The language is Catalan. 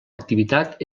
activitat